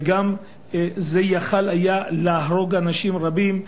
וגם זה היה עלול להרוג אנשים רבים,